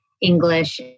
English